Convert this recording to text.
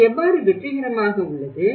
அது எவ்வாறு வெற்றிகரமாக உள்ளது